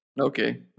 Okay